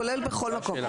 כולל בכל מקום,